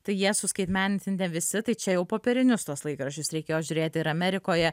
tai jie suskaitmeninti ne visi tai čia jau popierinius tuos laikraščius reikėjo žiūrėti ir amerikoje